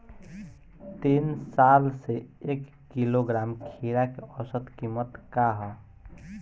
तीन साल से एक किलोग्राम खीरा के औसत किमत का ह?